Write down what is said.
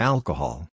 Alcohol